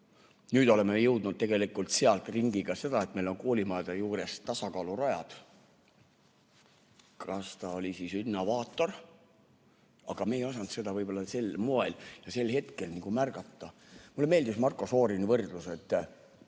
Nüüd oleme jõudnud tegelikult sealt ringiga selleni, et meil on koolimajade juures tasakaalurajad. Kas ta oli siis innovaator? Aga me ei osanud seda võib-olla sel moel ja sel hetkel märgata. Mulle meeldis Marko Šorini võrdlus, et